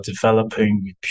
developing